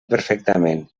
perfectament